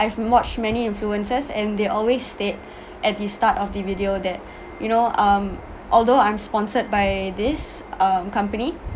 I've watched many influencers and they always state at the start of the video that you know um although I'm sponsored by this um company